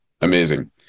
Amazing